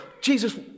Jesus